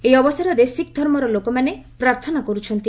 ଏହି ଅବସରରେ ଶିଖ୍ ଧର୍ମର ଲୋକମାନେ ପ୍ରାର୍ଥନା କରୁଛନ୍ତି